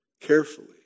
carefully